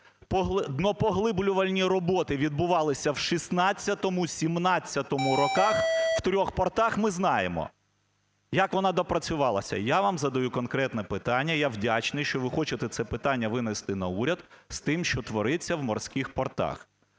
днопоглиблювальні роботи відбувалися в 16-му-17-му роках в трьох портах, ми знаємо. Як вона допрацювалася. Я вам задаю конкретне питання. Я вдячний, що ви хочете це питання винести на уряд з тим, що твориться в морських портах.